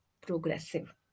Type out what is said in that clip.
progressive